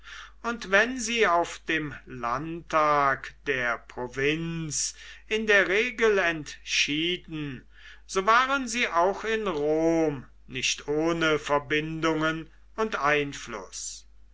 und wenn sie auf dem landtag der provinz in der regel entschieden so waren sie auch in rom nicht ohne verbindungen und einfluß